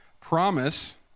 Promise